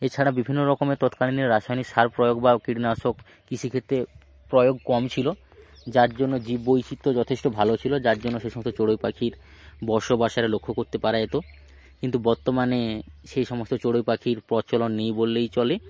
এছাড়া বিভিন্ন রকমের তৎকালীনের রাসায়নিক সার প্রয়োগ বা কীটনাশক কৃষি ক্ষেত্রে প্রয়োগ কম ছিল যার জন্য জীব বৈচিত্র্য যথেষ্ট ভালো ছিল যার জন্য সেই সমস্ত চড়ুই পাখির বসবাস আরে লক্ষ করতে পারা যেত কিন্তু বর্তমানে সেই সমস্ত চড়ুই পাখির প্রচলন নেই বললেই চলে